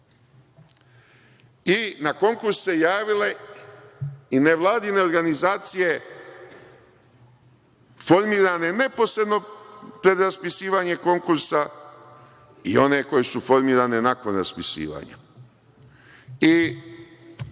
i na konkurs su se javile i nevladine organizacije formirane neposredno pred raspisivanje konkursa i one koje su formirane nakon raspisivanja. Taj